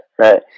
right